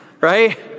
right